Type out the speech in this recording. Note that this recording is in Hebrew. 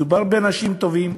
מדובר באנשים טובים,